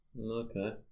Okay